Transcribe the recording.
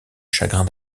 chagrin